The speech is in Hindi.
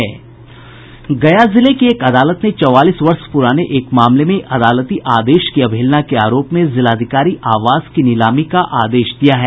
गया जिले की एक अदालत ने चौवालीस वर्ष प्राने एक मामले में अदालती आदेश की अवहेलना के आरोप में जिलाधिकारी आवास की नीलामी का आदेश दिया है